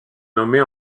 nommée